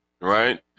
right